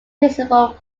principal